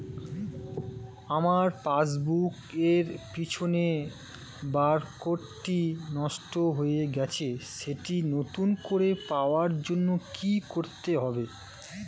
আমার পাসবুক এর পিছনে বারকোডটি নষ্ট হয়ে গেছে সেটি নতুন করে পাওয়ার জন্য কি করতে হবে?